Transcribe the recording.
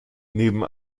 neben